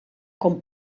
com